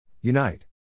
Unite